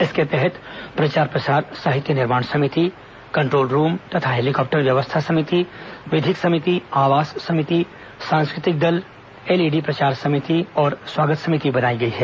इसके तहत प्रचार प्रसार साहित्य निर्माण समिति कंट्रोल रूम तथा हेलीकॉप्टर व्यवस्था समिति विधिक समिति आवास समिति सांस्कृतिक दल एलईडी प्रचार समिति और स्वागत समिति बनाई गई है